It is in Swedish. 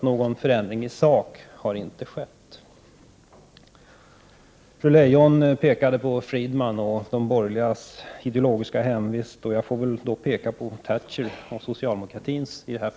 Någon förändring i sak har således inte skett. Fru Leijon hänvisade till Friedman och de borgerligas ideologiska hemvist. I det sammanhanget vill jag hänvisa till Thatcher och socialdemokratins hemvist.